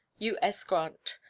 u s. grant.